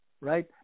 Right